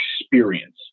experience